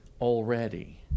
already